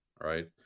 right